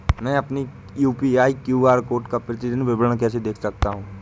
मैं अपनी UPI QR code का प्रतीदीन विवरण कैसे देख सकता हूँ?